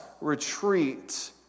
retreat